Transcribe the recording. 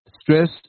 Stress